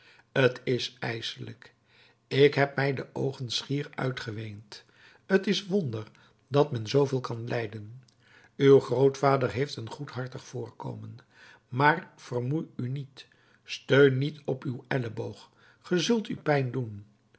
t is ijselijk ik heb mij de oogen schier uitgeweend t is wonder dat men zooveel kan lijden uw grootvader heeft een goedhartig voorkomen maar vermoei u niet steun niet op uw elleboog ge zult u pijn doen